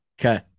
Okay